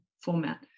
format